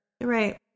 Right